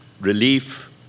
relief